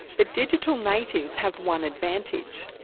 the digital natives have one advantage.